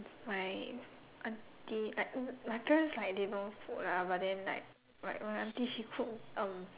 my auntie like n~ my parents like they no food lah but then like like my auntie she cook um